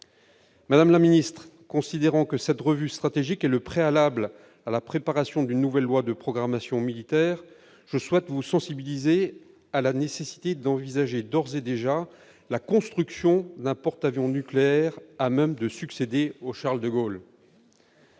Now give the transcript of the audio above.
Madame la ministre, considérant que cette revue stratégique est le préalable à la préparation d'une nouvelle loi de programmation militaire, je souhaite vous sensibiliser à la nécessité d'envisager d'ores et déjà la construction d'un porte-avions nucléaire à même de succéder au. Véritable